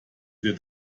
der